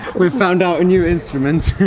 we found out a new instrument!